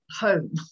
home